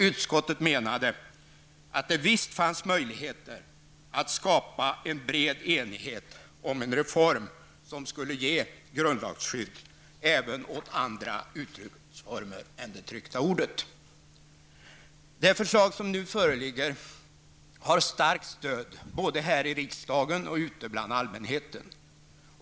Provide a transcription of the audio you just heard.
Utskottet menade att det visst fanns möjligheter att skapa en bred enighet om en reform, som skulle ge grundlagsskydd även åt andra uttrycksformer än det tryckta ordet. Det förslag som nu föreligger har starkt stöd både här i riksdagen och ute bland allmänheten.